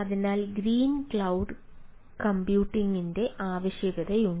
അതിനാൽ green cloud കമ്പ്യൂട്ടിംഗിന്റെ ആവശ്യമുണ്ട്